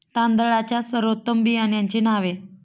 तांदळाच्या सर्वोत्तम बियाण्यांची नावे?